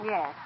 Yes